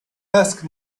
ask